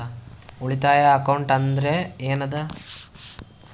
ಉಳಿತಾಯ ಅಕೌಂಟ್ ಅಂದ್ರೆ ಏನ್ ಅದ?